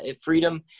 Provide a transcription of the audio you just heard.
freedom